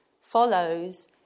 follows